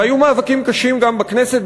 והיו מאבקים קשים גם בכנסת.